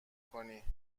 کنی